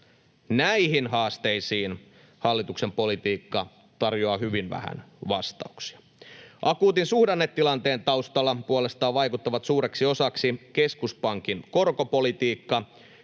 Näihin haasteisiin hallituksen politiikka tarjoaa hyvin vähän vastauksia. Akuutin suhdannetilanteen taustalla puolestaan vaikuttavat suureksi osaksi keskuspankin korkopolitiikka,